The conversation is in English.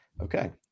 Okay